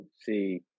See